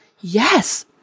Yes